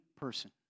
person